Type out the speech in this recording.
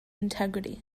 integrity